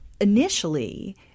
initially